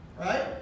right